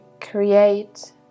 create